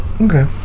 Okay